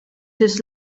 his